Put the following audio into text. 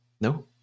No